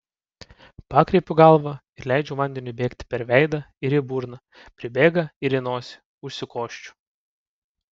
pakreipiu galvą ir leidžiu vandeniui bėgti per veidą ir į burną pribėga ir į nosį užsikosčiu